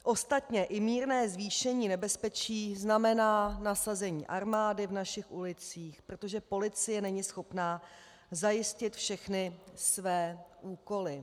Ostatně i mírné zvýšení nebezpečí znamená nasazení armády v našich ulicích, protože policie není schopná zajistit všechny své úkoly.